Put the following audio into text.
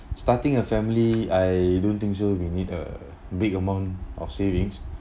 starting a family I don't think so we need a big amount of savings